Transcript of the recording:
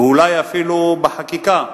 ואולי אפילו בחקיקה,